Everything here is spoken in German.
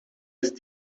ist